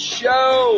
show